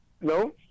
No